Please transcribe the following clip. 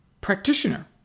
practitioner